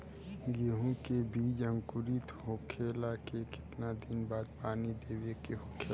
गेहूँ के बिज अंकुरित होखेला के कितना दिन बाद पानी देवे के होखेला?